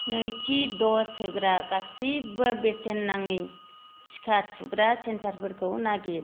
नैथि द'स होग्रा गासिबो बेसेन नाङि टिका थुग्रा सेन्टार फोरखौ नागिर